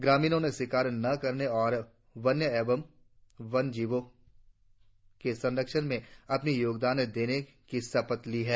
ग्रामीण ने शिकार न करने और वन एवं वन्य जीव संरक्षण में अपना योगदान देने की शपथ ली है